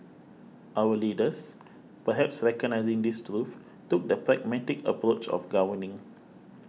our leaders perhaps recognising this truth took the pragmatic approach of governing